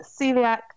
celiac